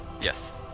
yes